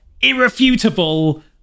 irrefutable